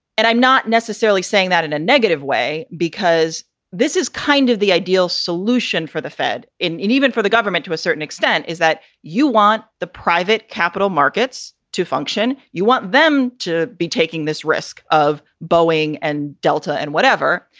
and i'm not necessarily saying that in a negative way, because this is kind of the ideal solution for the fed and even for the government to a certain extent, is that you want the private capital markets to function. you want them to be taking this risk of boeing and delta and whatever.